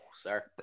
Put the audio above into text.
sir